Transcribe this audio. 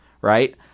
right